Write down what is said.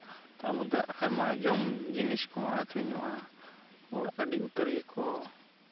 ᱛᱟᱨ ᱢᱚᱫᱽᱫᱷᱮ ᱟᱭᱢᱟ ᱡᱚᱢ ᱡᱤᱱᱤᱥᱠᱚ ᱟᱹᱠᱷᱨᱤᱧᱚᱜᱼᱟ ᱦᱚᱲ ᱟᱹᱰᱤ ᱩᱛᱟᱹᱨ ᱜᱮᱠᱚ